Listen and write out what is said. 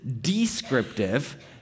descriptive